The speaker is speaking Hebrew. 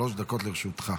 שלוש דקות לרשותך.